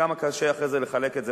כמה קשה אחרי זה לחלק את זה.